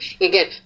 again